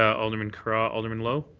um alderman carra. alderman lowe.